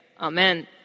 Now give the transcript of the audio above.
Amen